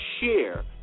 share